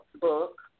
book